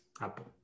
Apple